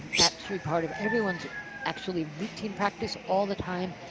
that should be part of everyone's actually routine practice all the time,